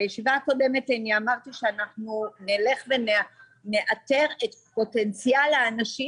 בישיבה הקודמת אמרתי שנלך ונאתר את פוטנציאל האנשים